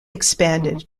expanded